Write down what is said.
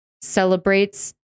celebrates